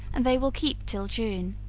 and they will keep till june.